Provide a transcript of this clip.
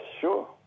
sure